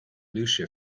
lucia